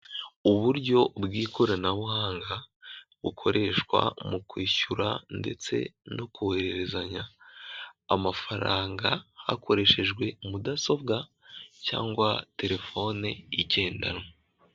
Uburyo bw' ikoranabuhanga bukoreshwa mu kwishyura ndetse no kohererezanya amafaranga hakoreshejwe mudasobwa cyangwa telefone igendanwa.